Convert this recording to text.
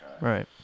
Right